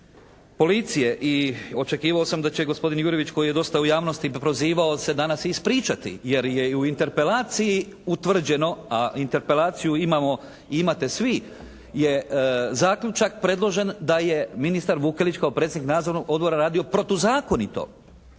policije i očekivao sam da će gospodin Jurjević koji je dosta u javnosti prozivao se danas se ispričati jer je u interpelaciji utvrđeno a interpelaciju imamo i imate svi je zaključak predložen da je ministar Vukelić kao predsjednik nadzornog odbora radio protuzakonito.